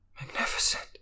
Magnificent